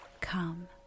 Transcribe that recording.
come